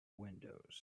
windows